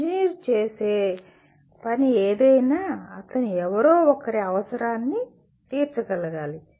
engineer చేసే ఏదైనా అతను ఎవరో ఒకరి అవసరాన్ని తీర్చాలి